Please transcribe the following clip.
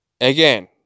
again